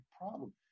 problem